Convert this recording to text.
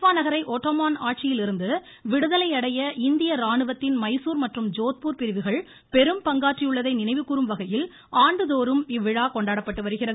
பா நகரை ஒட்டோமான் ஆட்சியிலிருந்து விடுதலையடைய இந்திய ராணுவத்தின் மைசூர் மற்றும் ஜோத்பூர் பிரிவுகள் பெரும் பங்காற்றியுள்ளதை நினைவு கூறும் வகையில் இவ்விழா கொண்டாடப்பட்டு வருகிறது